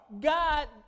God